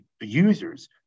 users